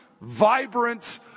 vibrant